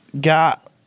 got